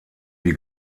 wie